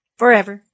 forever